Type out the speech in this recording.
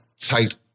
tight